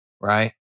Right